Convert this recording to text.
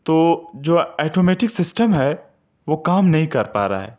تو جو automatic system ہے وہ کام نہیں کر پا رہا ہے